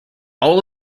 all